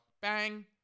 bang